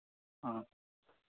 ആ